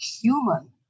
human